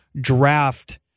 draft